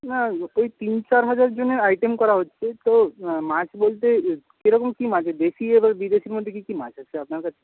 না ওই তিন চার হাজার জনের আইটেম করা হচ্ছে তো মাছ বলতে কিরকম কি মাছ দেশি আবার বিদেশির মধ্যে কি কি মাছ আছে আপনার কাছে